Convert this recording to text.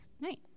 night